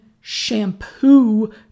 shampoo